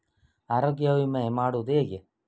ಆರೋಗ್ಯ ವಿಮೆ ಮಾಡುವುದು ಹೇಗೆ?